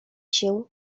się